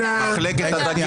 נפל.